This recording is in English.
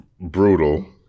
brutal